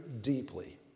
deeply